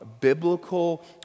biblical